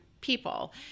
people